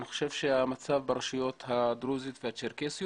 אני חושב שהמצב ברשויות הדרוזיות והצ'רקסיות